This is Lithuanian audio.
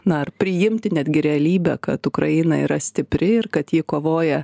na ar priimti netgi realybę kad ukraina yra stipri ir kad ji kovoja